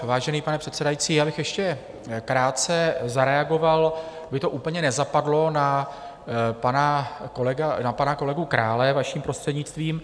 Vážený pane předsedající, já bych ještě krátce zareagoval, aby to úplně nezapadlo, na pana kolegu Krále, vaším prostřednictvím.